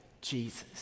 Jesus